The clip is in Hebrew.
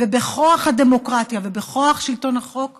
ובכוח הדמוקרטיה ובכוח שלטון החוק